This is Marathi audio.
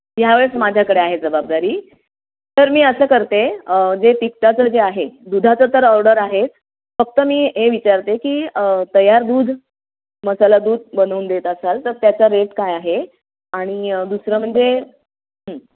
यावेळेस माझ्याकडे आहे जबाबदारी तर मी असं करते जे तिखटाचं जे आहे दुधाचं तर ऑर्डर आहे फक्त मी हे विचारते की तयार दूध मसाला दूध बनवून देत असाल तर त्याचा रेट काय आहे आणि दुसरं म्हणजे